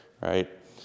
right